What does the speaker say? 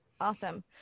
Awesome